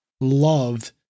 loved